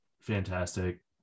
fantastic